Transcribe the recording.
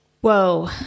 Whoa